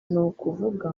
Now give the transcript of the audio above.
nukuvuga